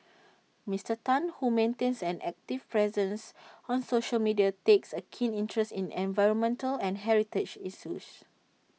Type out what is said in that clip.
Mister Tan who maintains an active presence on social media takes A keen interest in environmental and heritage issues